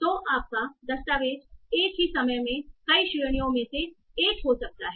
तो आपका दस्तावेज़ एक ही समय में कई श्रेणियों में से एक हो सकता है